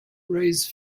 raise